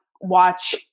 watch